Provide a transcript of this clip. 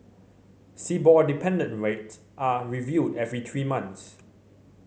shibor dependent rate are reviewed every three months